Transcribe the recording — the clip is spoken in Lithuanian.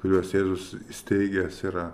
kuriuos jėzus įsteigęs yra